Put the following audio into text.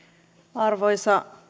arvoisa